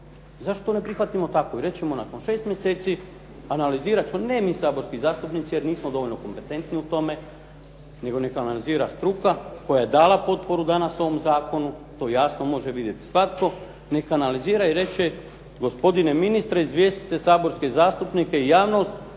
zašto ne prihvatimo tako. Reći ćemo nakon šest mjeseci analizirat ćemo, ne mi saborski zastupnici jer nismo dovoljno kompetentni u tome nego neka analizira struka koja je dala potporu danas ovom zakonu. To jasno može vidjeti svatko neka analizira i reče gospodine ministre izvjestite saborske zastupnike i javnost